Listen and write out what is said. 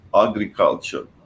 agriculture